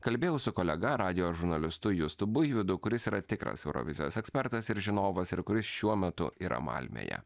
kalbėjau su kolega radijo žurnalistu justu buivydu kuris yra tikras eurovizijos ekspertas ir žinovas ir kuris šiuo metu yra malmėje